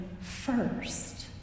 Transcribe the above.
first